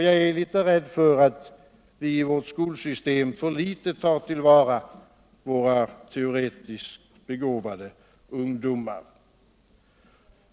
Jag är rädd för att vii vårt skolsystem alltför litet tar vara på teoretiskt begåvade ungdomar.